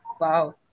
wow